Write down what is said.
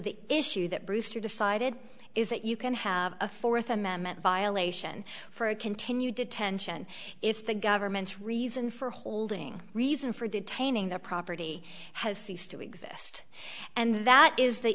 the issue that brewster decided is that you can have a fourth amendment violation for a continued detention if the government's reason for holding reason for detaining the property has ceased to exist and that is the